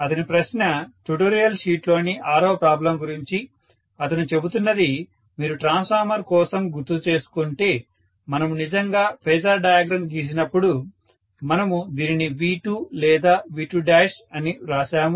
అతని ప్రశ్న ట్యుటోరియల్ షీట్లోని 6వ ప్రాబ్లం గురించి అతను చెబుతున్నది మీరు ట్రాన్స్ఫార్మర్ కోసం గుర్తుచేసుకుంటే మనము నిజంగా ఫేజార్ డయాగ్రమ్ గీసినప్పుడు మనము దీనిని V2 లేదా V2 అని వ్రాసాము